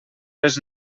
les